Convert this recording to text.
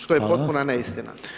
Što je potpuna neistina.